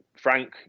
Frank